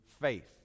faith